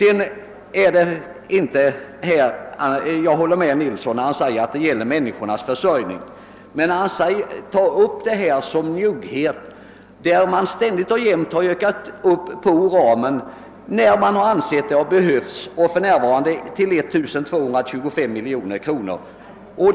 Jag håller med herr Nilsson i Tvärålund då han säger att det gäller människornas försörjning. Men herr Nilsson i Tvärålund talar om njugghet, trots att man ständigt vidgat ramen, när man ansett detta erforderligt. För närvarande är ju beloppet 1 225 miljoner kronor.